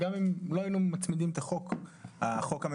וגם אם לא היינו מצמידים את הצעת החוק של חבר הכנסת